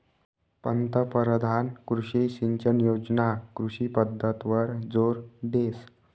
पंतपरधान कृषी सिंचन योजना कृषी पद्धतवर जोर देस